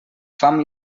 fam